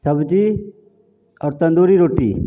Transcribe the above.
सब्जी आओर तन्दूरी रोटी